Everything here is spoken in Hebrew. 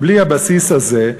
בלי הבסיס הזה,